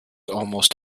almost